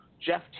Jeff